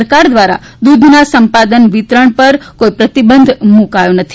સરકાર દ્વારા દૂધના સંપાદન વિતરણ પર કોઈ પ્રતિબંધ મૂકાયો નથી